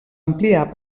ampliar